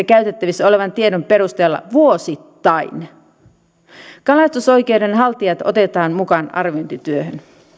käytettävissä olevan tiedon perusteella vuosittain kalastusoikeuden haltijat otetaan mukaan arviointityöhön